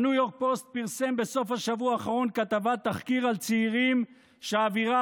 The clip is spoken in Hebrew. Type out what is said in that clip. הניו יורק פוסט פרסם בסוף השבוע האחרון כתבת תחקיר על צעירים שהאווירה